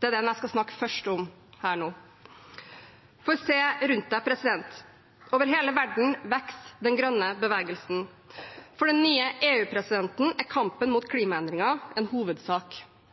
Det er den jeg skal snakke om først, for se rundt deg: Over hele verden vokser den grønne bevegelsen. For den nye EU-presidenten er kampen mot klimaendringer en hovedsak.